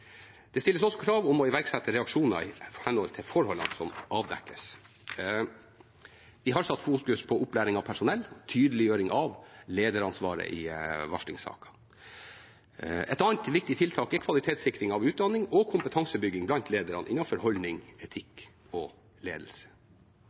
Det stilles også krav om å iverksette reaksjoner i henhold til forholdene som avdekkes. Vi har satt fokus på opplæring av personell og tydeliggjøring av lederansvaret i varslingssaker. Et annet viktig tiltak er kvalitetssikring av utdanning og kompetansebygging blant ledere innenfor holdning,